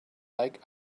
like